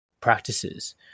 practices